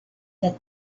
that